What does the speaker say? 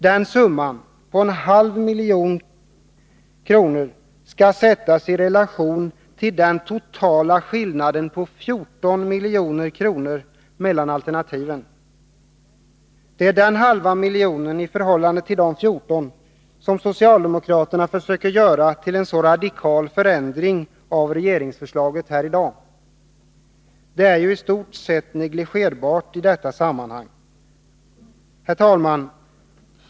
Denna summa, en halv miljon kronor, skall sättas i relation till den totala skillnaden på 14 milj.kr. mellan alternativen. Det är den halva miljonen i förhållande till de 14 som socialdemokraterna i dag försöker göra till en så radikal förändring av regeringsförslaget. Den är ju i stort sett negligerbar i detta sammanhang. Herr talman!